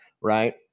right